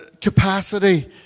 capacity